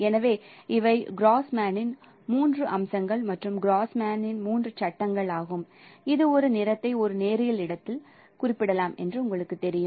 எனவே இவை கிராஸ்மேனின் மூன்று அம்சங்கள் மற்றும் கிராஸ்மேனின் மூன்று சட்டங்கள் ஆகும் இது ஒரு நிறத்தை ஒரு நேரியல் இடத்தில் குறிப்பிடலாம் என்று தெரியும்